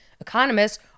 Economists